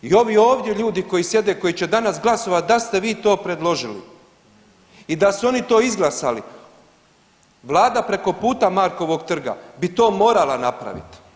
I ovi ovdje ljudi koji sjede koji će danas glasovati da ste vi to predložili i da su oni to izglasali vlada preko puta Markovog trga bi to morala napraviti.